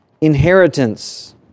inheritance